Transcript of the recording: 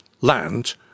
land